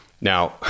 Now